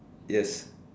yes